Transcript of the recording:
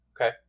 Okay